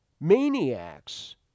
maniacs